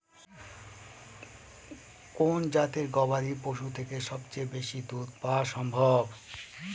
কোন জাতের গবাদী পশু থেকে সবচেয়ে বেশি দুধ পাওয়া সম্ভব?